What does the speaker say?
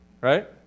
Right